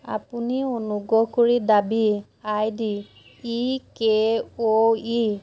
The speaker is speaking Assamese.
আপুনি অনুগ্ৰহ কৰি দাবী I D E K O E